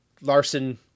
Larson